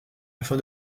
afin